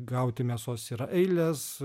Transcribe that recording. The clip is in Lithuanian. gauti mėsos yra eilės